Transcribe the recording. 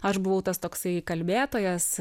aš buvau tas toksai kalbėtojas